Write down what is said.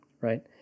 right